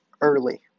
early